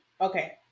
okay